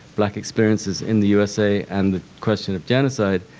black experiences, in the u s a and the question of genocide,